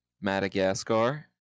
Madagascar